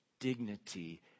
dignity